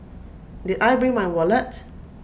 did I bring my wallet